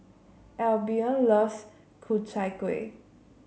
Albion loves Ku Chai Kuih